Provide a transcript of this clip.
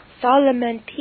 Solomon